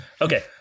okay